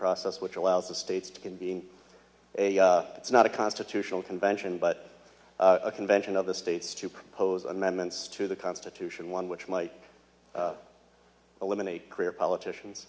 process which allows the states to convene a it's not a constitutional convention but a convention of the states to propose amendments to the constitution one which might eliminate career politicians